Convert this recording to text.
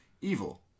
Evil